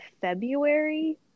February